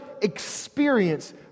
experience